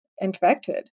infected